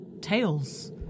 tales